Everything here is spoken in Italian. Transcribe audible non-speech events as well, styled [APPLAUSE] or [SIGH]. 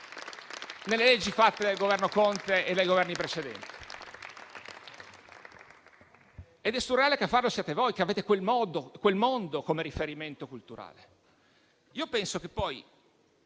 nelle leggi fatte dal Governo Conte e dai Governi precedenti? [APPLAUSE] È surreale che a farlo siate voi, che avete quel mondo come riferimento culturale.